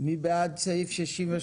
מי בעד סעיף 68?